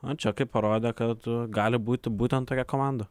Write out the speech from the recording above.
nu čekai parodė kad gali būti būtent tokia komanda